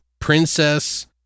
Princess